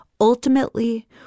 Ultimately